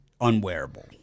unwearable